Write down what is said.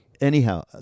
Anyhow